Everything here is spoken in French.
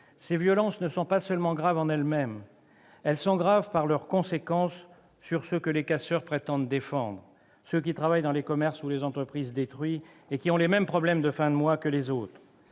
Ces violences ne sont pas seulement graves en elles-mêmes. Elles sont graves, d'abord, par leurs conséquences sur ceux que les casseurs prétendent défendre, ceux qui travaillent dans les commerces ou les entreprises détruits et qui ont les mêmes problèmes de fin de mois que les autres.